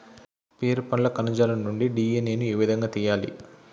Pear పండ్ల కణజాలం నుండి డి.ఎన్.ఎ ను ఏ విధంగా తియ్యాలి?